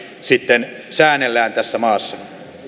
sitten säännellään tässä maassa